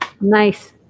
Nice